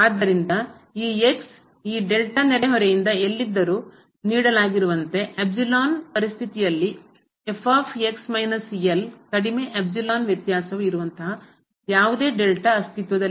ಆದ್ದರಿಂದ ಈ ಈ ನೆರೆಹೊರೆಯಿಂದ ಎಲ್ಲಿದ್ದರೂ ನೀಡಲಾಗಿರುವಂತೆ ಪರಿಸ್ಥಿತಿಯಲ್ಲಿ ಮೈನಸ್ ಕಡಿಮೆ ವ್ಯತ್ಯಾಸವು ಇರುವಂತಹ ಯಾವುದೇ ಅಸ್ತಿತ್ವದಲ್ಲಿಲ್ಲ